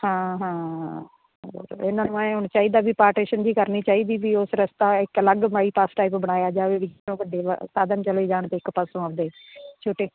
ਹਾਂ ਹਾਂ ਇਹਨਾਂ ਨੂੰ ਐ ਹੁਣ ਚਾਹੀਦਾ ਵੀ ਪਾਰਟੀਸ਼ਨ ਜੀ ਕਰਨੀ ਚਾਹੀਦੀ ਵੀ ਉਸ ਰਸਤਾ ਇੱਕ ਅਲੱਗ ਬਾਈਪਾਸ ਟਾਈਪ ਬਣਾਇਆ ਜਾਵੇ ਵੀ ਜਿੱਥੋਂ ਵੱਡੇ ਵਾ ਸਾਧਨ ਚਲੇ ਜਾਣ ਤੇ ਇੱਕ ਪਾਸੋਂ ਆਪਦੇ ਛੋਟੇ